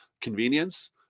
convenience